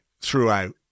throughout